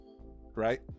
right